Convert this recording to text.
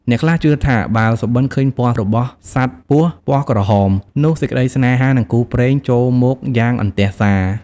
អ្នកខ្លះជឿថា បើសុបិនឃើញពណ៌របស់សត្វពស់ពណ៌ក្រហម នោះសេចក្តីសេ្នហា និងគូព្រេងចូលមកយ៉ាងអន្ទះសា ។